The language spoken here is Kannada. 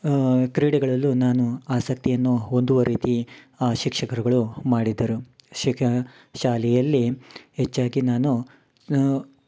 ಕ್ರೀಡೆಗಳಲ್ಲೂ ನಾನು ಆಸಕ್ತಿಯನ್ನು ಹೊಂದುವ ರೀತಿ ಶಿಕ್ಷಕರುಗಳು ಮಾಡಿದ್ದರು ಶಿಕ ಶಾಲೆಯಲ್ಲಿ ಹೆಚ್ಚಾಗಿ ನಾನು